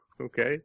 Okay